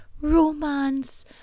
romance